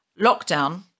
Lockdown